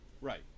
right